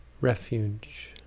refuge